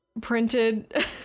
Printed